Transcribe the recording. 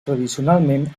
tradicionalment